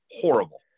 horrible